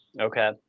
Okay